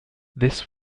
this